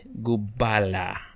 Gubala